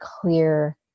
clear